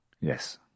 Yes